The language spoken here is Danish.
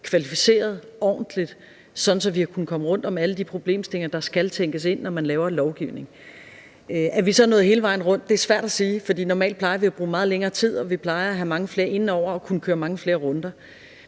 kvalificeret og ordentligt – sådan at vi har kunnet komme rundt om alle de problemstillinger, der skal tænkes ind, når man laver lovgivning. Er vi så nået hele vejen rundt? Det er svært at sige, for normalt plejer vi at bruge meget længere tid, og vi plejer at have mange flere inde over og at kunne køre mange flere runder.